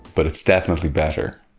but it's definitely better.